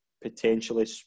potentially